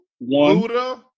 Buddha